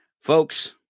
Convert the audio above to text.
Folks